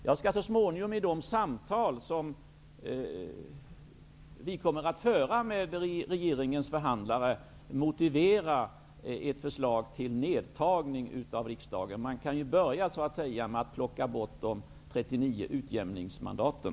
Jag skall så småningom i de samtal som vi kommer att föra med regeringens förhandlare att motivera ett förslag till en minskning av riksdagen. Man kan ju börja med att plocka bort de 39 utjämningsmandaten.